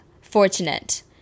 fortunate